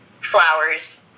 Flowers